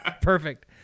Perfect